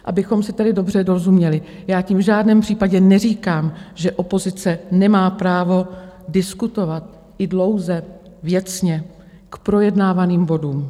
Abychom si tedy dobře rozuměli, já tím v žádném případě neříkám, že opozice nemá právo diskutovat i dlouze, věcně k projednávaným bodům.